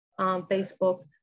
Facebook